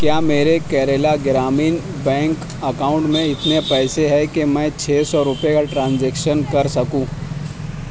کیا میرے Kerala Gramin bank account میں اتنے پیسے ہے کہ میں چھ سو روپے کا ٹرانزیکشن کر سکوں